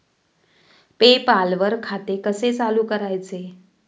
पे पाल वर खाते कसे चालु करायचे